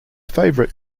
favorite